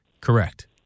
Correct